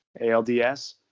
ALDS